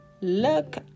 Look